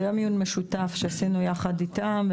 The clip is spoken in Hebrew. זה יום עיון משותף שעשינו יחד איתם.